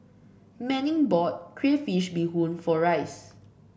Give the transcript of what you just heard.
Manning bought Crayfish Beehoon for Rice